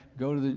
go to the,